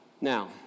Now